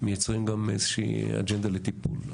מייצרים גם איזושהי אג'נדה לטיפול.